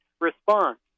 response